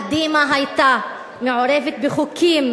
קדימה היתה מעורבת בחוקים